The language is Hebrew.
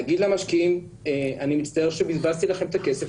להגיד למשקיעים: אני מצטער שבזבזתי לכם את הכסף,